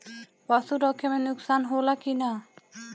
पशु रखे मे नुकसान होला कि न?